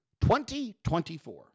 2024